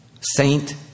Saint